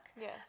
yes